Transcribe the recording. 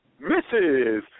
Mrs